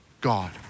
God